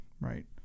right